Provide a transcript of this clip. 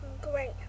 great